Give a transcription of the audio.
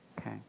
Okay